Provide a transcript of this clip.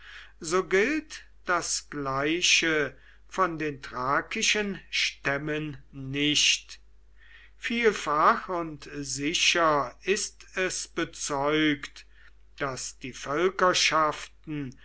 so gilt das gleiche von den thrakischen stämmen nicht vielfach und sicher ist es bezeugt daß die